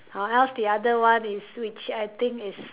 or else other one is which I think is